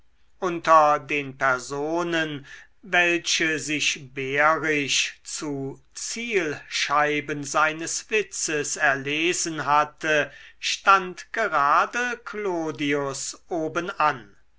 unter den personen welche sich behrisch zu zielscheiben seines witzes erlesen hatte stand gerade clodius obenan